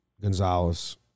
Gonzalez